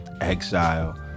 exile